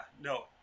no